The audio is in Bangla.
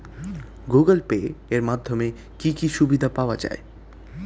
গুগোল পে এর মাধ্যমে কি কি সুবিধা পাওয়া যায়?